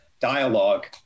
dialogue